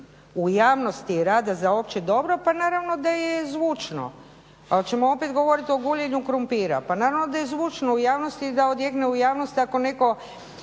u javnosti rada za opće dobro pa naravno da je zvučno. Pa hoćemo opet govoriti o guljenju krumpira? Pa naravno da je zvučno u javnosti i da odjekne u javnosti ako netko